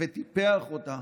וטיפח אותה